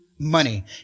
Money